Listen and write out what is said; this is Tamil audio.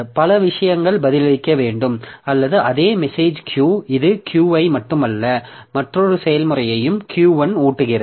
பல விஷயங்களுக்கு பதிலளிக்க வேண்டும் அல்லது அதே மெசேஜ் கியூ இது Q ஐ மட்டுமல்ல மற்றொரு செயல்முறையையும் Q1 ஊட்டுகிறது